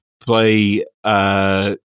play –